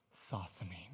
softening